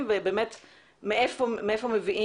2. קידום המחקר המדעי.